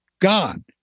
gone